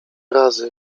razy